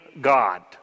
God